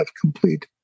complete